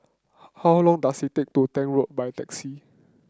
how long does it take to Tank Road by taxi